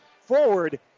forward